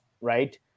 right